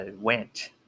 went